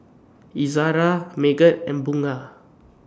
Izzara Megat and Bunga